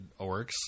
orcs